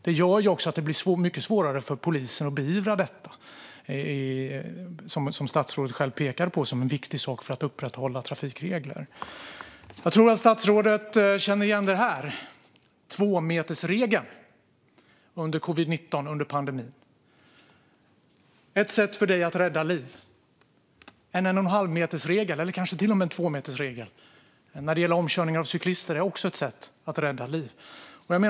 Det gör också att det blir mycket svårare för polisen att beivra detta, som statsrådet själv pekar på som en viktig sak för att upprätthålla trafikregler. Jag tror att statsrådet känner igen informationen om tvåmetersregeln under covid-19-pandemin, Ett sätt för dig att rädda liv. En 1,5-metersregel eller kanske till och med en tvåmetersregel när det gäller omkörning av cyklister är också ett sätt att rädda liv.